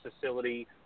facility